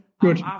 Good